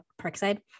parkside